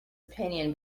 opinion